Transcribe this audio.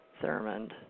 Thurmond